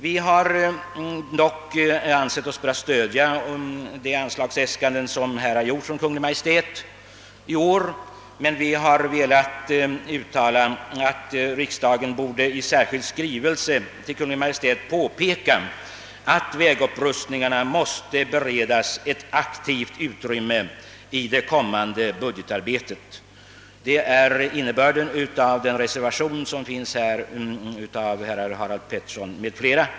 Vi har dock ansett oss böra stödja Kungl. Maj:ts anslagsäskanden i år, men vi har velat uttala att riksdagen i särskild skrivelse till Kungl. Maj:t bör påpeka att vägupprustningarna måste beredas ett aktivt utrymme i det kommande budgetarbetet. Detta är innebörden av den reservation som fogats till utlåtandet av herr Sundin m.fl.